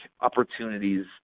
opportunities